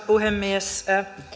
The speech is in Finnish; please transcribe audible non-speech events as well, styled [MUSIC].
[UNINTELLIGIBLE] puhemies